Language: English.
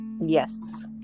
Yes